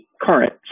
current